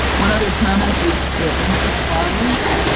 one other comment is the input files,